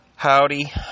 Howdy